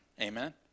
amen